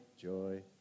joy